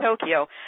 Tokyo